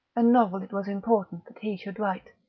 a novel it was important that he should write,